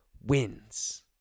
wins